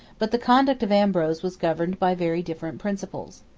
but the conduct of ambrose was governed by very different principles.